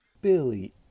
billy